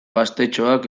gaztetxoak